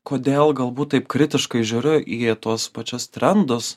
kodėl galbūt taip kritiškai žiūriu į tuos pačius trendus